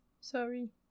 Sorry